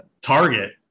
target